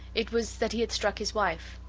it was that he had struck his wife.